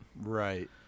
right